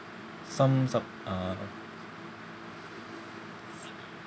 some sub~ uh